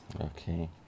Okay